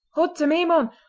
haud to me, mon!